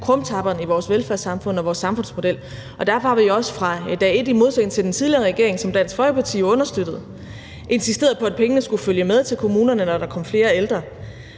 krumtapperne i vores velfærdssamfund og vores samfundsmodel, og derfor har vi også fra dag et – i modsætning til den tidligere regering, som Dansk Folkeparti understøttede – insisteret på, at pengene skulle følge med til kommunerne, når der kom flere ældre.